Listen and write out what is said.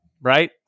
right